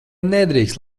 nedrīkst